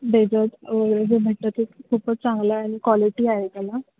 desert वगैरे जे मिळतं ते खूपच चांगलं आहे आणि क्वालिटी आहे त्याला